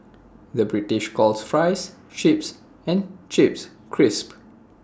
the British calls Fries Chips and Chips Crisps